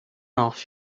off